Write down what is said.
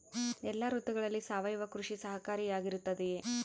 ಎಲ್ಲ ಋತುಗಳಲ್ಲಿ ಸಾವಯವ ಕೃಷಿ ಸಹಕಾರಿಯಾಗಿರುತ್ತದೆಯೇ?